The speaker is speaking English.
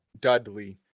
Dudley